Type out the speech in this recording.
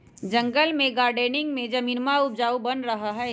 जंगल में गार्डनिंग में जमीनवा उपजाऊ बन रहा हई